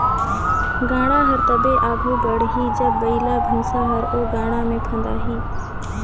गाड़ा हर तबे आघु बढ़ही जब बइला भइसा हर ओ गाड़ा मे फदाही